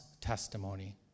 testimony